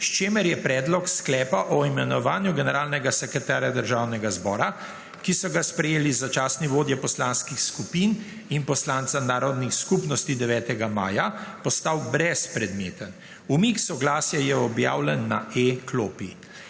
s čemer je Predlog sklepa o imenovanju generalnega sekretarja Državnega zbora, ki so ga sprejeli začasni vodje poslanskih skupin in poslanca narodnih skupnosti 9. maja, postal brezpredmeten. Umik soglasja je objavljen na e-klopi.